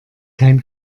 kein